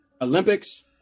Olympics